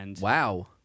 Wow